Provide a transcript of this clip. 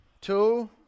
Two